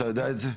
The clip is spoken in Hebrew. אתה יודע את זה?